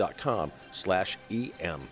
dot com slash e